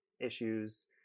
issues